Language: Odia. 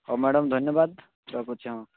ହଉ ମ୍ୟାଡ଼ମ୍ ଧନ୍ୟବାଦ ରଖୁଛି ହଁ